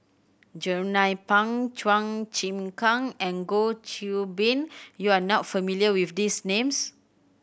Jernnine Pang Chua Chim Kang and Goh Qiu Bin you are not familiar with these names